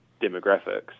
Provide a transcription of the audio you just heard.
demographics